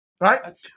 right